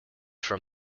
from